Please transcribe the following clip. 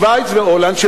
שווייץ והולנד,